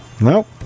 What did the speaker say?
Nope